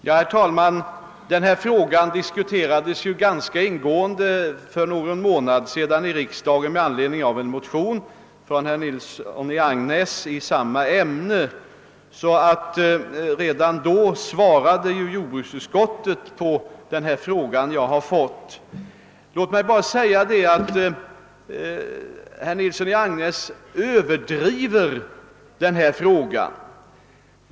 Herr talman! Vi diskuterade denna fråga här i riksdagen ganska ingående för någon månad sedan med anledning av bl.a. en motion av herr Nilsson i Agnäs. Redan då svarade jordbruksutskottet på den fråga som jag i dag har besvarat. Låt mig nu bara tillägga att herr Nilsson i Agnäs överdriver denna sak.